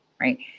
Right